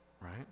right